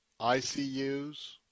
ICUs